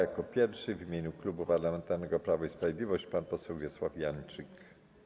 Jako pierwszy w imieniu Klubu Parlamentarnego Prawo i Sprawiedliwość - pan poseł Wiesław Janczyk.